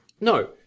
no